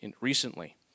recently